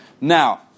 Now